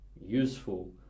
useful